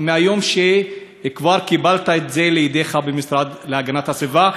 מהיום שכבר קיבלת את זה לידיך במשרד להגנת הסביבה,